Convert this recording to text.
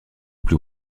plus